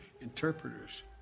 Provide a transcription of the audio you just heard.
interpreters